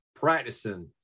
Practicing